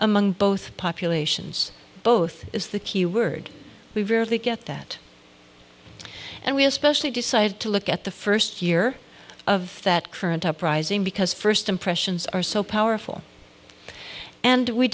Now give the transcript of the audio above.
among both populations both is the keyword we rarely get that and we especially decide to look at the first year of that current uprising because first impressions are so powerful and we